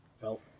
Felt